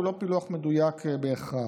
הוא לא פילוח מדויק בהכרח.